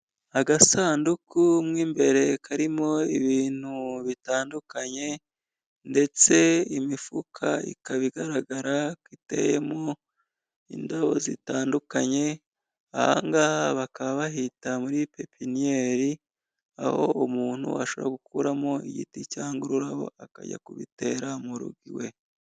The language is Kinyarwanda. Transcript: Agasanduku mu imbere karimo ibintu bitandukanye ndetse imifuka ikaba igaragara iteyemo indabo zitandukanye, aha ngaha bakaba bahita muri pepiniyeri aho umuntu ashobora gukuramo igiti cyangwa ururabo akajya kubitera mu rugo iwe.